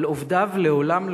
אבל עובדיו לעולם,